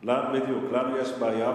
בדיוק, לנו יש בעיה.